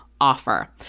offer